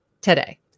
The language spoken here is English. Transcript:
Today